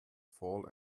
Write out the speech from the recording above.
fall